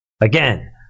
Again